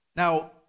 Now